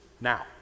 now